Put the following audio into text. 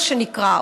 מה שנקרא,